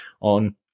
on